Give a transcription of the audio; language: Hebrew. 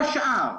כל השאר,